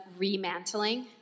remantling